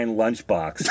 lunchbox